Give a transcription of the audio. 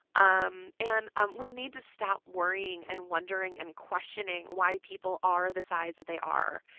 um and um we need to stop worrying and wondering and questioning why people are the size that they are.